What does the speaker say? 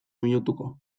minutuko